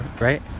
Right